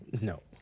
No